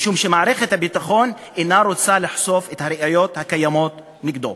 משום שמערכת הביטחון אינה רוצה לחשוף את הראיות הקיימות נגדו.